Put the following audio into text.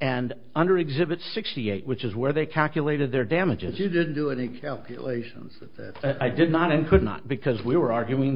and under exhibit sixty eight which is where they calculated their damages you didn't do any calculations i did not and could not because we were arguing